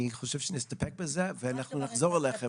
אני חושב שנסתפק בזה, ואנחנו נחזור אליכם.